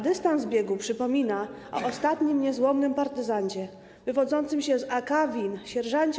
Dystans biegu przypomina o ostatnim niezłomnym, partyzancie wywodzącym się z AK WiN sierż.